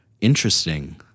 interesting